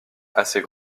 assez